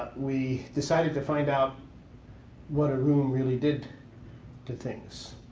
we decided to find out what a room really did to things.